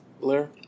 Blair